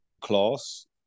class